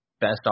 best